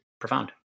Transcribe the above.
profound